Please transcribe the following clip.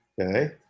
okay